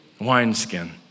wineskin